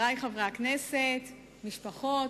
חברי חברי הכנסת, משפחות,